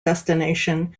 destination